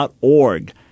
.org